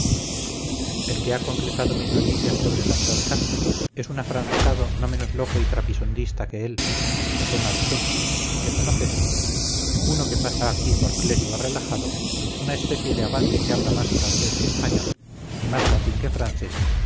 el que ha completado mis noticias sobre santorcaz es un afrancesado no menos loco y trapisondista que él josé marchena le conoces uno que pasa aquí por clérigo relajado una especie de abate que habla más francés que español y más latín que francés